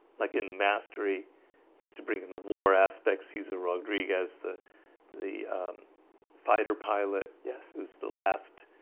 like in mastery just to bring in the war aspects cesar rodriguez the the fighter pilot. yes, who's the last?